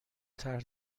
طرح